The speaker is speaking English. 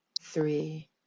three